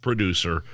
Producer